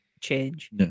change